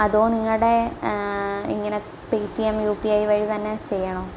അതോ നിങ്ങളുടെ ഇങ്ങനെ Paytm U P I വഴി തന്നെ ചെയ്യണോ